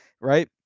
right